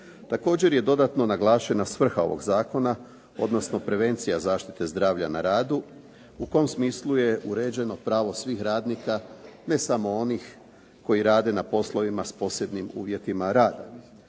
Također je dodatno naglašena svrha ovoga zakona, odnosno prevencija zaštite zdravlja na radu. U tom smislu je uređeno pravo svih radnika, ne samo onih koji rade na poslovima sa posebnim uvjetima rada